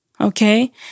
Okay